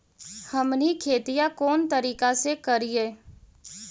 हमनी खेतीया कोन तरीका से करीय?